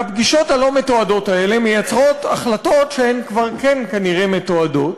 והפגישות הלא-מתועדות האלה מייצרות החלטות שהן כבר כן כנראה מתועדות,